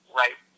right